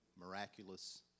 miraculous